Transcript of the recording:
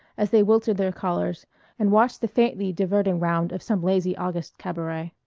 as they wilted their collars and watched the faintly diverting round of some lazy august cabaret.